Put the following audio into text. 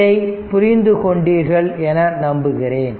இதை புரிந்து கொண்டீர்கள் என நம்புகிறேன்